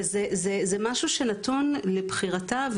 וזה משהו שנתון לבחירתה.